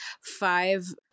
five